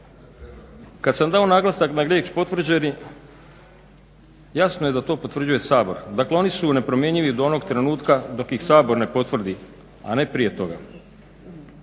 Kada sam dao naglasak na riječ potvrđeni jasno je da to potvrđuje Sabor dakle oni su nepromjenjivi do onog trenutka dok ih Sabor ne potvrdi a ne prije toga.